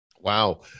wow